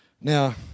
Now